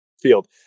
field